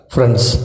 Friends